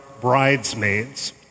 bridesmaids